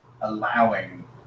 allowing